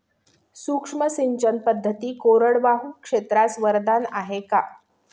सूक्ष्म सिंचन पद्धती कोरडवाहू क्षेत्रास वरदान आहे का?